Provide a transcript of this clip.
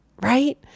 right